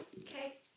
Okay